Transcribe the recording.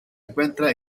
encuentra